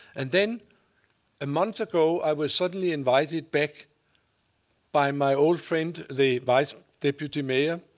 and then a month ago i was suddenly invited back by my old friend the vice deputy mayor